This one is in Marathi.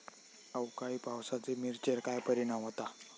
अवकाळी पावसाचे मिरचेर काय परिणाम होता?